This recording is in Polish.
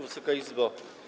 Wysoka Izbo!